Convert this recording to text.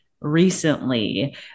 recently